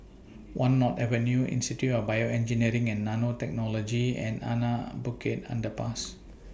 one North Avenue Institute of Bioengineering and Nanotechnology and Anak Bukit Underpass